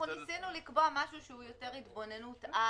אנחנו ניסינו לקבוע משהו שהוא יותר התבוננות על,